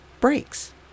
breaks